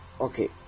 Okay